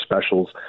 specials